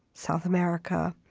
south america.